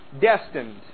destined